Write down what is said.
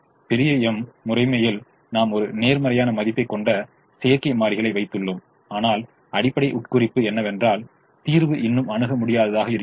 பெரிய M முறைமையில் நாம் ஒரு நேர்மறையான மதிப்பைக் கொண்ட செயற்கை மாறிகளை வைத்துள்ளோம் ஆனால் அடிப்படை உட்குறிப்பு என்னவென்றால் தீர்வு இன்னும் அணுக முடியாததாக இருக்கிறது